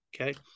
Okay